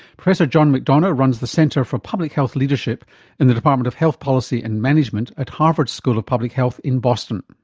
professor john mcdonough runs the center for public health leadership in the department of health policy and management at harvard school of public health in boston.